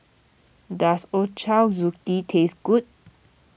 does Ochazuke taste good